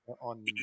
on